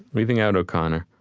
leaving out o'connor,